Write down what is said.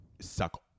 suck